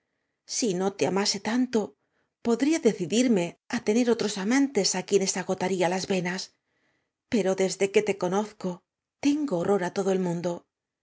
si no te amase tan to podría decidirme á tener otros amantes á quienes agotaría jas venas pero desde que te conozco tengo horror á todo el mundo